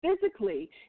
physically